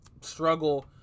struggle